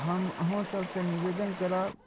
हम अहूँसभसँ निवेदन करब